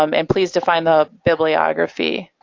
um and please define the bibliography